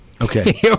Okay